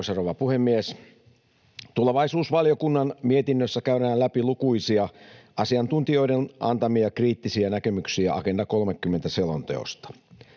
rouva puhemies! Tulevaisuusvaliokunnan mietinnössä käydään läpi lukuisia asiantuntijoiden antamia kriittisiä näkemyksiä Agenda 30 ‑selonteosta.